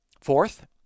Fourth